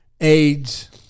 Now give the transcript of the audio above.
AIDS